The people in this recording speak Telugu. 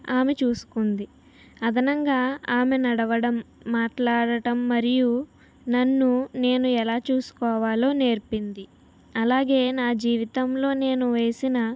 ఆమె చూసుకుంది అదనంగా ఆమె నడవడం మాట్లాడడం మరియు నన్ను నేను ఎలా చూసుకోవాలో నేర్పింది అలాగే నా జీవితంలో నేను వేసిన